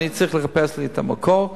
ואני צריך לחפש לי את המקור.